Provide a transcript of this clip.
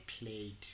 played